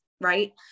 right